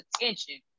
attention